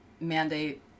mandate